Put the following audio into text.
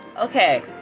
Okay